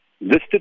listed